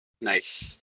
Nice